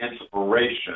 inspiration